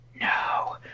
No